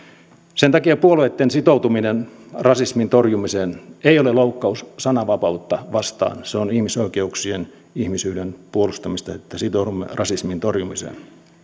sen takia puolueitten sitoutuminen rasismin torjumiseen ei ole loukkaus sananvapautta vastaan se on ihmisoikeuksien ihmisyyden puolustamista että sitoudumme rasismin torjumiseen